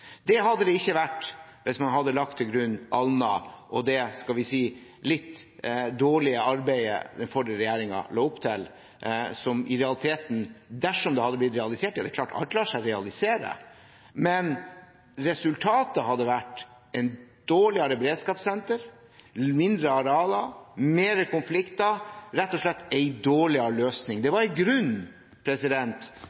Det hadde det ikke vært hvis man hadde lagt Alna til grunn og – skal vi si – det litt dårlige arbeidet den forrige regjeringen la opp til, som, dersom det hadde blitt realisert, i realiteten hadde resultert i et dårligere beredskapssenter med mindre arealer og mer konflikter, rett og slett en dårligere løsning. Det